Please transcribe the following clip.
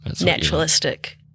Naturalistic